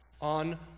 on